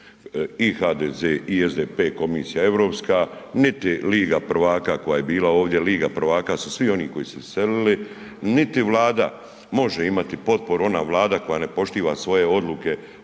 i HDZ i SDP komisija europska, niti liga prvaka koja je bila ovdje, liga prvaka su svi oni koji su se iselili. Niti Vlada može imati potporu, ona Vlada koja ne poštiva svoje odluke